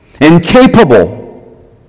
incapable